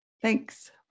Thanks